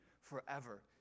forever